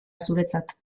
zuretzat